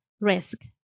risk